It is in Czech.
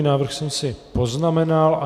Návrh jsem si poznamenal.